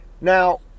Now